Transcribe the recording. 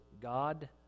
God